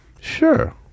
Sure